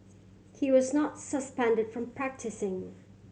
he was not suspended from practising